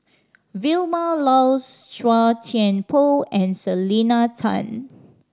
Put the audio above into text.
Vilma Laus Chua Thian Poh and Selena Tan